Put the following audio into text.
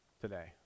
today